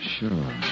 Sure